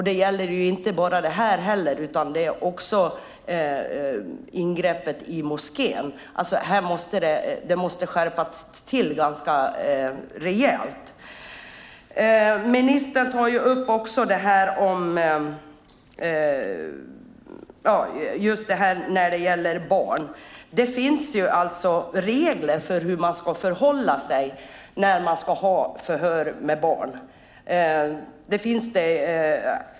Det gäller inte bara det här, utan det gäller också ingreppet i moskén. Här måste det skärpas till ganska rejält. Ministern tar också upp det här som gäller barn. Det finns alltså regler för hur man ska förhålla sig när man ska ha förhör med barn.